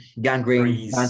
Gangrene